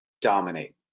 dominate